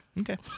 Okay